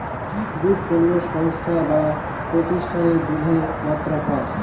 দুধ পণ্য সংস্থায় বা প্রতিষ্ঠানে দুধের মাত্রা পায়